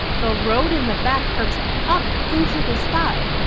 the road in the back curves up into the sky,